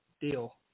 deal